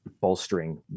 bolstering